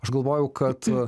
aš galvojau kad